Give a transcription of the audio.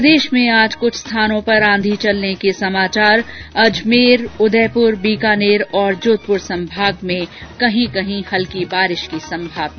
प्रदेश में आज कुछ स्थानों पर आंधी चलने के समाचार अजमेर उदयपुर बीकानेर और जोधपुर संभाग में कहीं कहीं हल्की बारिश की संभावना